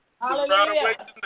Hallelujah